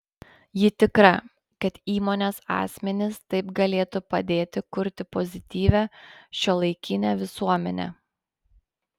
ji tikra kad įmonės asmenys taip galėtų padėti kurti pozityvią šiuolaikinę visuomenę